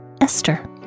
Esther